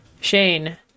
Shane